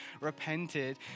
repented